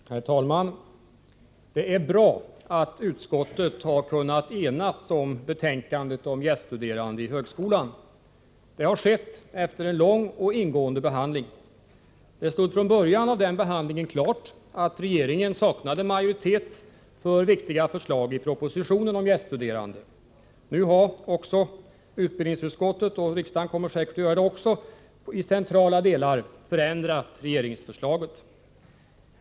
Herr talman! Det är bra att utskottet har kunnat enas om betänkandet om gäststuderande i högskolan. Det har skett efter en lång och ingående behandling. Det stod från början av den behandlingen klart att regeringen saknade majoritet för viktiga förslag i propositionen om gäststuderande. Nu har utbildningsutskottet — och även riksdagen kommer säkert att göra det — i centrala delar förändrat regeringsförslaget.